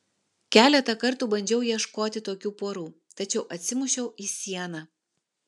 keletą kartų bandžiau ieškoti tokių porų tačiau atsimušiau į sieną